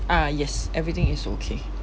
ah yes everything is okay